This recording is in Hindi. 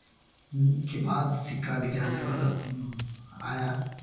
के बाद सिक्का गिराने वाला आया